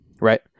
Right